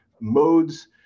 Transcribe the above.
modes